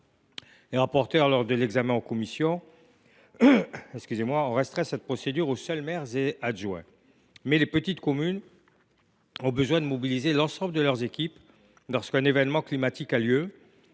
Les rapporteurs, lors de l’examen du texte en commission, ont restreint cette procédure aux seuls maires et adjoints. Mais les petites communes ont besoin de l’ensemble de leurs équipes lorsqu’un événement climatique a lieu,